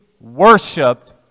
Worshipped